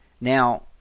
Now